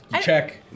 Check